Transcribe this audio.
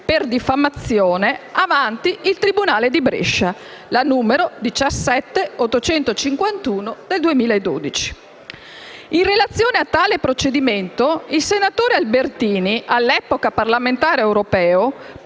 per diffamazione avanti il tribunale di Brescia (n. 17851 del 2012). In relazione a tale procedimento, il senatore Albertini, all'epoca parlamentare europeo,